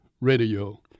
radio